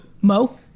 Mo